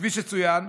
וכפי שצוין,